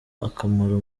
akamaro